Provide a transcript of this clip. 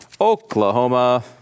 Oklahoma